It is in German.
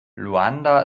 luanda